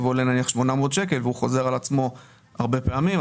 עולה נניח 800 שקלים והוא חוזר על עצמו הרבה פעמים,